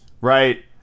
right